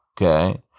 okay